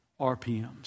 RPMs